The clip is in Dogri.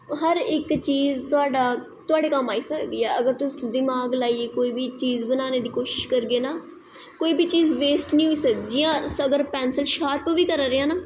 हर इक चीज़ तुआढ़े कम्म आई सकदी ऐ अगर तुस दिमाग लाईये कोई बी चीज़ बनानें दी कोशिश करगे ना तोई बी चीज़ बेस्ट नी होई सकदी जियां अगर अस पैंसल शार्प बी करा दे आं ना